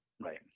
Right